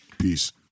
Peace